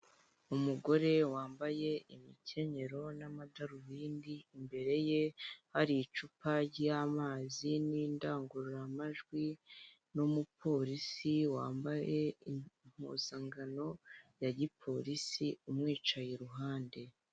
Umugore wambaye imikenyero n'amadarubindi imbere ye hari icupa ry'amazi n'indangururamajwi n'umupolisi wambaye impuzangano ya gipolisi umwicaye iruhande.